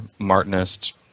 Martinist